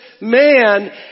man